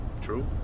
true